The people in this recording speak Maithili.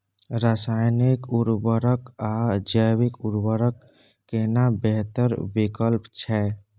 रसायनिक उर्वरक आ जैविक उर्वरक केना बेहतर विकल्प छै?